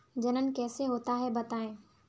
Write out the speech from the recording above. जनन कैसे होता है बताएँ?